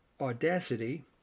Audacity